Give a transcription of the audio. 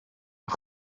een